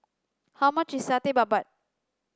how much is satay babat